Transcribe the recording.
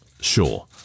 sure